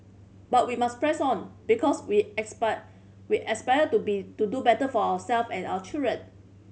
but we must press on because we aspire we aspire to be to do better for ourselves and our children